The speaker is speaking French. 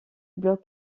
bloc